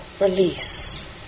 release